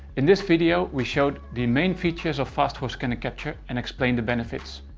in this video we showed the main features of fast four scan and capture and explained the benefits.